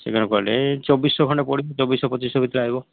ସେ କ'ଣ କହିଲେ ଚବିଶ ଶହ ଘଣ୍ଟା ପଡ଼ିବ ଚବିଶ ଶହ ପଚିଶ ଶହ ଭିତରେ ଆଇବ